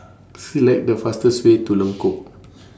Select The fastest Way to Lengkok